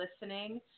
listening